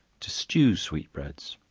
to stew sweet breads.